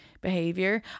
behavior